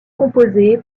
composée